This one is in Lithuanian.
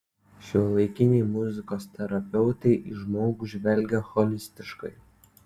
šiuolaikiniai muzikos terapeutai į žmogų žvelgia holistiškai